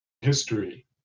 history